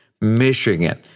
Michigan